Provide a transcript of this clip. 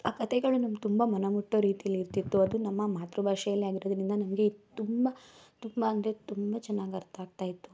ಆ ಕಥೆಗಳು ನಮ್ಗೆ ತುಂಬ ಮನ ಮುಟ್ಟೋ ರೀತಿಲಿ ಇರ್ತಿತ್ತು ಅದು ನಮ್ಮ ಮಾತೃಭಾಷೆಲಿ ಆಗಿರೋದರಿಂದ ನಮಗೆ ತುಂಬ ತುಂಬ ಅಂದರೆ ತುಂಬ ಚೆನ್ನಾಗಿ ಅರ್ಥ ಆಗ್ತಾಯಿತ್ತು